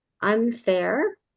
unfair